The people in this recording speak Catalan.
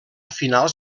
finals